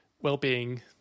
Well-being